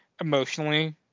emotionally